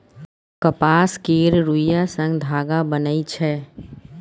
कपास केर रूइया सँ धागा बनइ छै